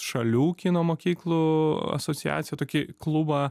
šalių kino mokyklų asociaciją tokį klubą